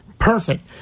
perfect